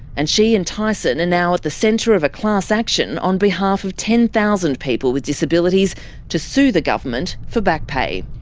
and she and tyson are and now at the centre of a class action on behalf of ten thousand people with disabilities to sue the government for back-pay.